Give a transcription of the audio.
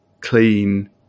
clean